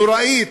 הנוראית,